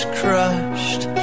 crushed